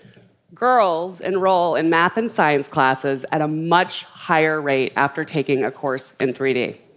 girls enroll in math and science classes at a much higher rate after taking a course in three d.